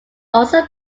also